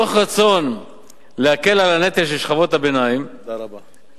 מתוך רצון להקל על הנטל של שכבות הביניים הממשלה